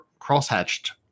crosshatched